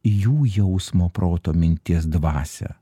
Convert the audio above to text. jų jausmo proto minties dvasią